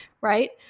right